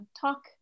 talk